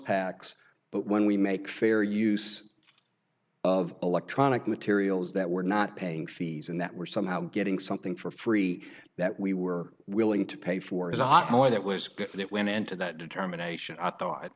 packs but when we make fair use of electronic materials that we're not paying fees in that we're somehow getting something for free that we were willing to pay for is not all of that was good and it went into that determination i thought